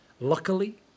Luckily